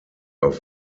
auf